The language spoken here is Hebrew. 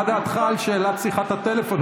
מה דעתך על שאלת שיחת הטלפון?